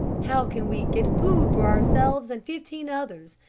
how can we get food for ourselves and fifteen others?